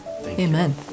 Amen